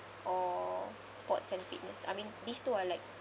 or sports and fitness I mean these two are like